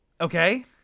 Okay